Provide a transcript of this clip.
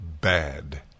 bad